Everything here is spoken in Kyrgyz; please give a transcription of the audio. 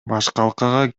башкалкага